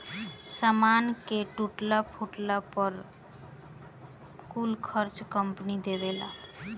सामान के टूटला फूटला पर कुल खर्चा कंपनी देवेला